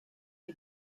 die